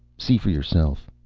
see for yourself.